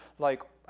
like,